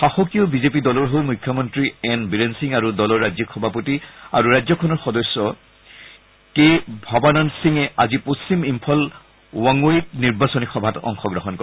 শাসকীয় বিজেপি দলৰ হৈ মুখ্যমন্ত্ৰী এন বীৰেন সিং আৰু দলৰ ৰাজ্যিক সভাপতি আৰু ৰাজ্যসভাৰ সদস্য কে ভৱানন্দ সিঙে আজি পশ্চিম ইম্ফলৰ ৱংৱইত নিৰ্বাচনী সভাত অংশগ্ৰহণ কৰে